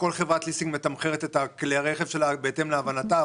כל חברת ליסינג מתמחרת את כלי הרכב שלה בהתאם להבנתה,